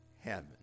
heaven